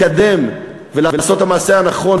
לקדם ולעשות את המעשה הנכון,